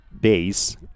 base